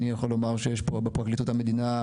אני יכול לומר שיש פה בפרקליטות המדינה,